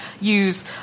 use